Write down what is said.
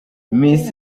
miss